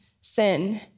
sin